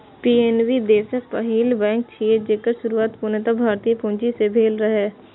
PNB देशक पहिल bank छियै, जेकर शुरुआत पूर्णतः भारतीय पूंजी सं भेल रहै